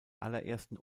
allerersten